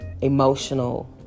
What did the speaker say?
emotional